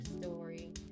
story